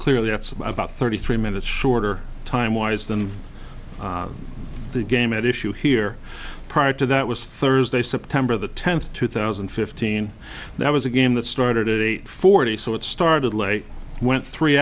clearly it's about thirty three minutes shorter time wise than the game at issue here prior to that was thursday september the tenth two thousand and fifteen that was a game that started at eight forty so it started late when three